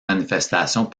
manifestations